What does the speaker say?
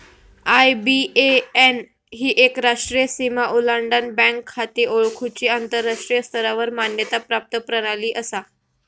IBAN ही एक राष्ट्रीय सीमा ओलांडान बँक खाती ओळखुची आंतराष्ट्रीय स्तरावर मान्यता प्राप्त प्रणाली असा